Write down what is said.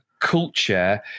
Culture